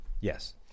Yes